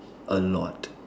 a lot